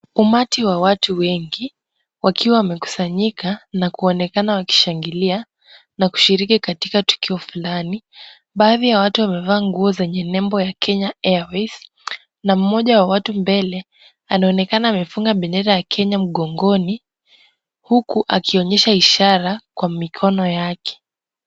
Umati wa watu wengi wakiwa wamekusanyika na kuonekana wakishangilia na kushiriki katika tukio fulani. Baadhi ya watu wamevaa nguo zenye nembo ya Kenya Airways na mmoja wa watu mbele anaonekana amefunga bendera ya Kenya mgongoni huku akionyesha ishara kwa mikono yake.